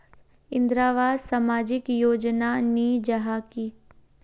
इंदरावास सामाजिक योजना नी जाहा की?